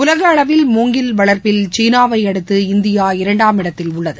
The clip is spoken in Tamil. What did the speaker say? உலகஅளவில் முங்கில் வளர்ப்பில் சீனாவைஅடுத்து இந்தியா இரண்டாவது இடத்தில் உள்ளது